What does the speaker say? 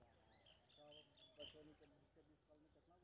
और धान गेहूँ भी निक उपजे ईय?